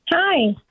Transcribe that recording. Hi